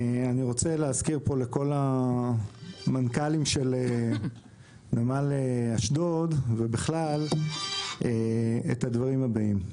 אני רוצה להזכיר פה לכל המנכ"לים של נמל אשדוד ובכלל את הדברים הבאים: